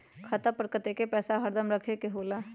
खाता पर कतेक पैसा हरदम रखखे के होला?